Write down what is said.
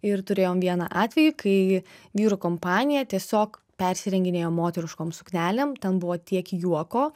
ir turėjom vieną atvejį kai vyrų kompanija tiesiog persirenginėjo moteriškom suknelėm ten buvo tiek juoko